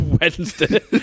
Wednesday